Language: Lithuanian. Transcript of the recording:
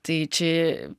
tai čia